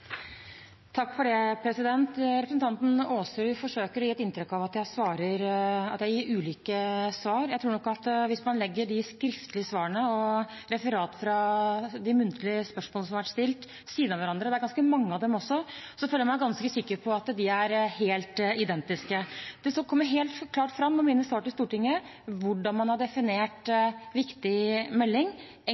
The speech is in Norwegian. Representanten Aasrud forsøker å gi et inntrykk av at jeg gir ulike svar. Hvis man legger de skriftlige svarene og referater fra de muntlige spørsmålene som har vært stilt, ved siden av hverandre – det er ganske mange av dem også – føler jeg meg ganske sikker på at de er helt identiske. Det kommer helt klart fram av mitt svar til Stortinget hvordan man har definert «viktig melding»: